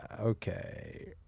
Okay